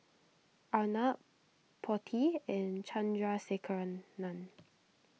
Arnab Potti and Chandrasekaran